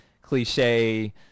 cliche